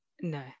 No